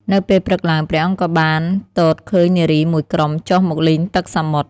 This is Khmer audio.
នៅពេលព្រឹកឡើង ព្រះអង្គក៏បានទតឃើញនារីមួយក្រុមចុះមកលេងទឹកសមុទ្រ។